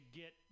get